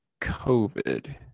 COVID